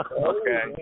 Okay